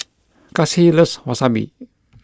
Kasie loves Wasabi